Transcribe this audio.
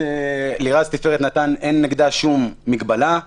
לירז תפארת נתן אין נגדה שום מגבלה.